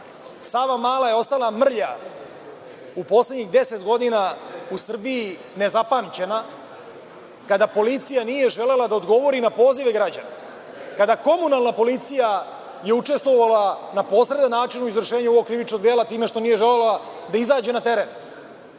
Srbija. Savamala je ostala mrlja u poslednjih 10 godina u Srbiji nezapamćena kada policija nije želela da odgovori na pozive građana. Kada Komunalna policija je učestvovala na posredan način u izvršenju ovog krivičnog dela time što nije želela da izađe na teren.